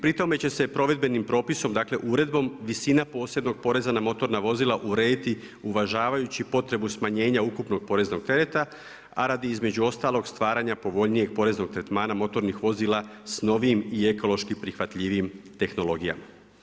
Pri tome će se provedbenim propisom dakle uredbom, visina posebnog poreza na motorna vozila urediti uvažavajući potrebu smanjenja ukupnog poreznog tereta, a radi između ostalog stvaranja povoljnijeg poreznog tretmana motornih vozila s novijim i ekološki prihvatljivijim tehnologija.